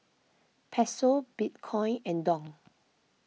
Peso Bitcoin and Dong